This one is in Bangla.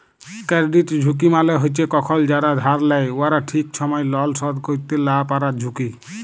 কেরডিট ঝুঁকি মালে হছে কখল যারা ধার লেয় উয়ারা ঠিক ছময় লল শধ ক্যইরতে লা পারার ঝুঁকি